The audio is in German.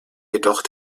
jedoch